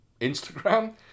Instagram